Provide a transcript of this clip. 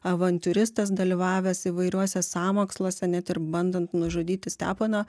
avantiūristas dalyvavęs įvairiuose sąmoksluose net ir bandant nužudyti steponą